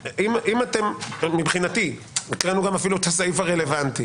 קראנו כבר אפילו את הסעיף הרלוונטי.